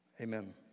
Amen